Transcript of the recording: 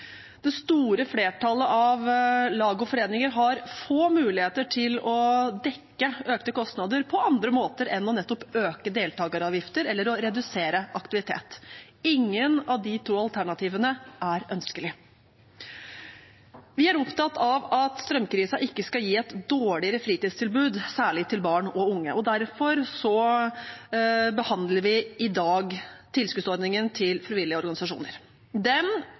Det store flertallet av lag og foreninger har få muligheter til å dekke økte kostnader på andre måter enn nettopp ved å øke deltakeravgiften eller å redusere aktiviteten. Ingen av de to alternativene er ønskelige. Vi er opptatt av at strømkrisen ikke skal gi et dårligere fritidstilbud, særlig til barn og unge. Derfor behandler vi i dag tilskuddsordningen til frivillige organisasjoner.